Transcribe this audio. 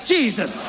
Jesus